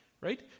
right